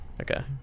Okay